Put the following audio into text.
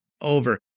over